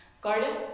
garden